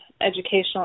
educational